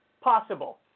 possible